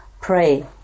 Pray